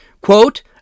Quote